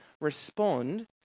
Respond